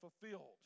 fulfilled